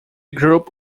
group